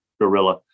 gorilla